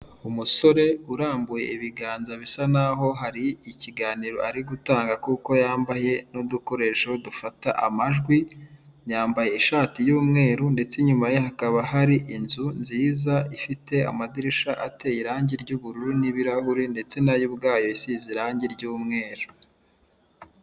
Umusore urambuye ibiganza, bisa n'aho hari ikiganiro ari gutanga, kuko yambaye n'udukoresho dufata amajwi, yambaye ishati y'umweru, ndetse nyuma ye hakaba hari inzu nziza, ifite amadirisha ateye irangi ry'ubururu, n'ibirahure, ndetse na yo ubwayo isize irangi ry'umweru.